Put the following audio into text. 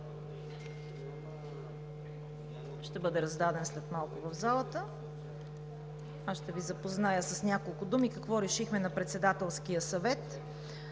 Ще бъде раздаден след малко в залата. Ще Ви запозная с няколко думи какво решихме на Председателския съвет.